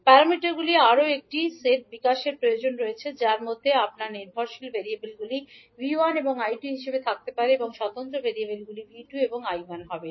প্যারামিটারগুলির আরও একটি সেট বিকাশের প্রয়োজন রয়েছে যার মধ্যে আপনার নির্ভরশীল ভেরিয়েবলগুলি 𝐕1 এবং 𝐈2 হিসাবে থাকতে পারে এবং স্বতন্ত্র ভেরিয়েবলগুলি 𝐕2 এবং 𝐈1 হবে